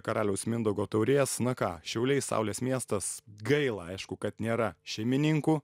karaliaus mindaugo taurės na ką šiauliai saulės miestas gaila aišku kad nėra šeimininkų